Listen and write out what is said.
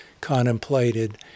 contemplated